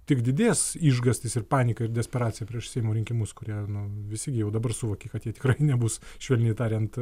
tik didės išgąstis ir panika ir desperacija prieš seimo rinkimus kurie na visi jau dabar suvokia kad jie tikrai nebus švelniai tariant